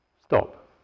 stop